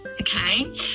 okay